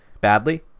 badly